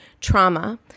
trauma